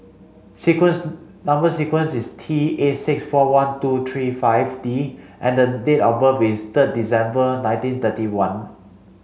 sequence number sequence is T eight six four one two three five D and date of birth is third December nineteen thirty one